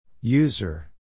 User